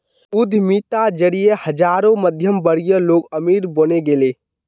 उद्यमिता जरिए हजारों मध्यमवर्गीय लोग अमीर बने गेले